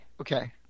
Okay